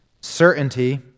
certainty